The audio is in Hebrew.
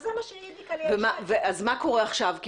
מה קורה עכשיו?